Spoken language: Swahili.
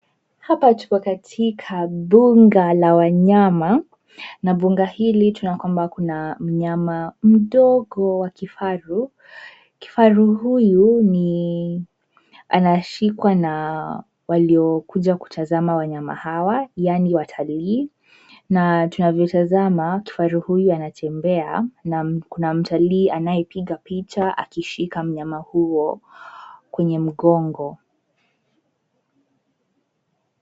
Hapa tupo katika bunga la wanyama na bunga hili tunaona kwamba kuna mnyama mdogo wa kifaru. Kifaru huyu anashikwa na waliokuja kutazama wanyama hawa yaani watalii na tunavyotazama kifaru huyu anatembea na kuna mtalii anayepiga picha akishika mnyama huo kwenye mgongo.